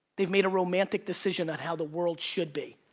they've made a romantic decision on how the world should be.